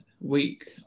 week